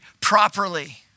properly